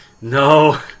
No